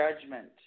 judgment